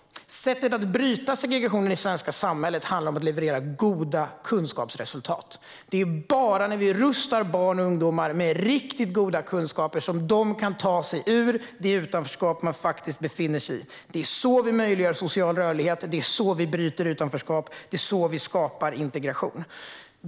Sättet att bryta segregationen i det svenska samhället handlar om att leverera goda kunskapsresultat. Det är bara när vi rustar barn och ungdomar med riktigt goda kunskaper som de kan ta sig ur det utanförskap de befinner sig i. Så möjliggör vi social rörlighet, så bryter vi utanförskap och så skapar vi integration.